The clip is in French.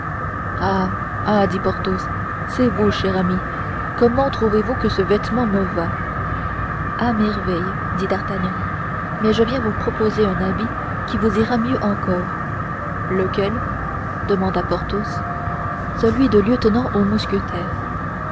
ah dit porthos c'est vous cher ami comment trouvez-vous que ce vêtement me va à merveille dit d'artagnan mais je viens vous proposer un habit qui vous ira mieux encore lequel demanda porthos celui de lieutenant aux mousquetaires